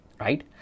right